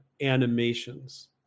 animations